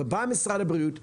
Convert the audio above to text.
ובא משרד הבריאות ומתריע,